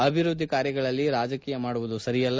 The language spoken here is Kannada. ಅಭಿವೃದ್ಧಿ ಕಾರ್ಯಗಳಲ್ಲಿ ರಾಜಕೀಯ ಮಾಡುವುದು ಸರಿಯಲ್ಲ